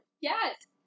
Yes